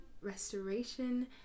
restoration